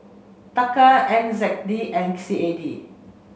Taka N Z D and C A D